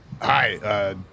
Hi